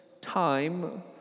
time